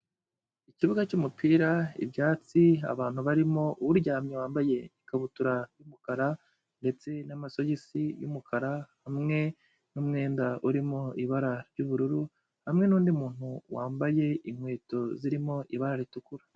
Ikibuga cy'umupira, ibyatsi, abantu barimo, uryamye wambaye ikabutura y'umukara ndetse n'amasogisi y'umukara hamwe n'umwenda urimo ibara ry'ubururu, hamwe n'undi muntu wambaye inkweto zirimo ibara ritukura.